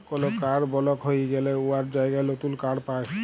call কাড় বলক হঁয়ে গ্যালে উয়ার জায়গায় লতুল কাড় পায়